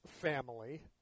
family